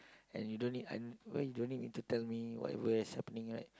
and you don't need un~ why you don't need me to tell me what where is happening right